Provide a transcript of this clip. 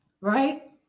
Right